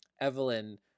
Evelyn